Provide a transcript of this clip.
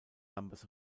numbers